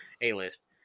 A-list